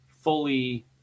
fully